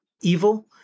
evil